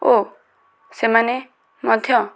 ଓ ସେମାନେ ମଧ୍ୟ